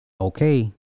Okay